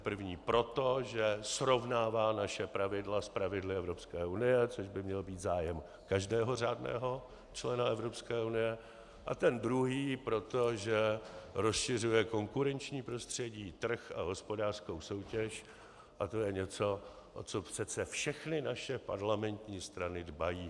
První proto, že srovnává naše pravidla s pravidly Evropské unie, což by měl být zájem každého řádného člena Evropské unie, a ten druhý proto, že rozšiřuje konkurenční prostředí, trh a hospodářskou soutěž, a to je něco, o co přece všechny naše parlamentní strany dbají.